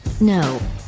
No